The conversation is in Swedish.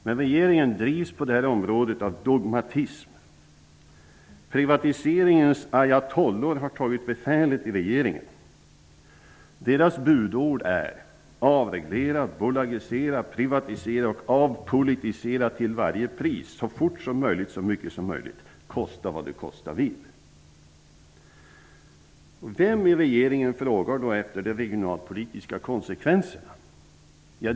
Men regeringen drivs på detta område av dogmatism. Privatiseringens ayatollor har tagit befälet i regeringen. Deras budord är: Avreglera, bolagisera, privatisera och avpolitisera till varje pris -- så fort som möjligt, så mycket som möjligt. Kosta vad det kosta vill! Vem i regeringen frågar då efter de regionalpolitiska konsekvenserna?